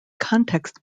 context